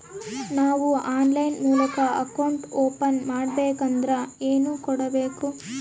ನಾವು ಆನ್ಲೈನ್ ಮೂಲಕ account open ಮಾಡಬೇಂಕದ್ರ ಏನು ಕೊಡಬೇಕು?